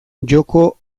joko